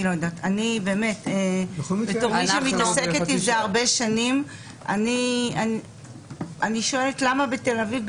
בתור מי שמתעסקת עם זה הרבה שנים אני שואלת למה מתל אביב,